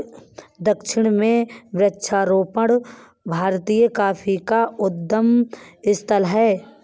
दक्षिण में वृक्षारोपण भारतीय कॉफी का उद्गम स्थल है